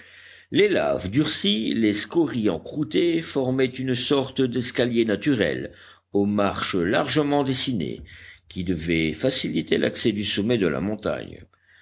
les laves durcies les scories encroûtées formaient une sorte d'escalier naturel aux marches largement dessinées qui devaient faciliter l'accès du sommet de la montagne